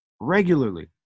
regularly